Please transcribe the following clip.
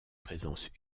présence